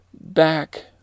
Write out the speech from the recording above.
back